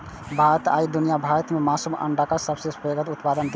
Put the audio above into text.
भारत आइ दुनिया भर मे मासु आ अंडाक सबसं पैघ उत्पादक देश छै